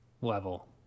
level